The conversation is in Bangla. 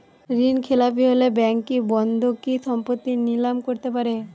ঋণখেলাপি হলে ব্যাঙ্ক কি বন্ধকি সম্পত্তি নিলাম করতে পারে?